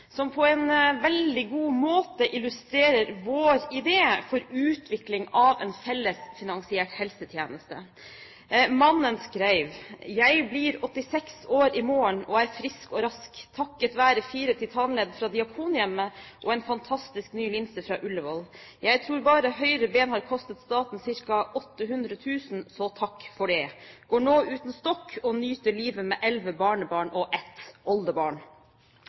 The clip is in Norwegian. som på en veldig god måte illustrerer vår idé for utvikling av en fellesfinansiert helsetjeneste. Mannen skrev: «Jeg blir 86 år i morgen og er frisk og rask – takket være fire titanledd fra Diakonhjemmet og en fantastisk ny linse fra Ullevål. Jeg tror bare høyre ben har kostet staten ca. 800 000 kr, så takk for det! Går nå uten stokk og nyter livet med 11 barnebarn og ett oldebarn.»